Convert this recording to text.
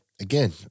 again